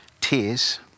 tears